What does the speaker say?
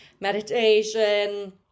meditation